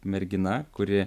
mergina kuri